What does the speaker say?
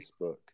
facebook